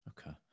Okay